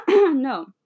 No